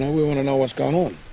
we want to know what's going on.